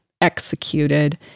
executed